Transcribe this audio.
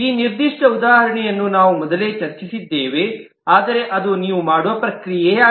ಈ ನಿರ್ದಿಷ್ಟ ಉದಾಹರಣೆಯನ್ನು ನಾವು ಮೊದಲೇ ಚರ್ಚಿಸಿದ್ದೇವೆ ಆದರೆ ಅದು ನೀವು ಮಾಡುವ ಪ್ರಕ್ರಿಯೆ